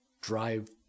drive